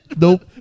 Nope